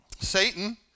Satan